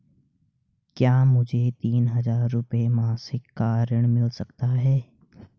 क्या मुझे तीन हज़ार रूपये मासिक का ऋण मिल सकता है?